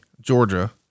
Georgia